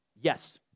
Yes